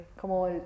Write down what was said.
como